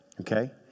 Okay